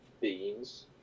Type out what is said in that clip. beans